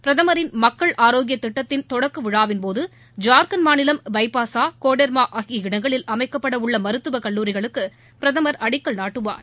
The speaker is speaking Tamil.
பிரதமின் மக்கள் ஆரோக்கிய திட்டத்தின் தொடக்கவிழாவின்போது ஜார்கண்ட் மாநிலம் பைபாசு கோடெர்மா ஆகிய இடங்களில் அமைக்கப்பட உள்ள மருத்துவக் கல்லூரிகளுக்கு பிரதமர் அடிக்கல் நாட்டுவார்